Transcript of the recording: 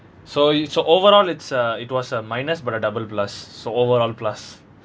so you so overall it's a it was a minus but a double plus so overall plus